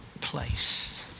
place